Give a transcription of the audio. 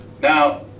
Now